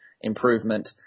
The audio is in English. improvement